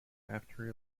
after